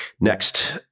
Next